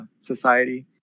society